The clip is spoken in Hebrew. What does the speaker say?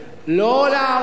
לא לערב.